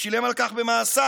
ושילם על כך במאסר.